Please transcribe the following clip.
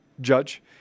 judge